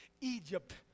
Egypt